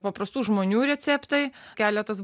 paprastų žmonių receptai keletas